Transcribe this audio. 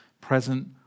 present